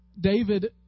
David